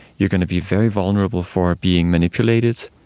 you're going to be very vulnerable for being manipulated,